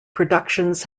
productions